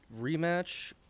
rematch